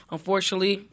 Unfortunately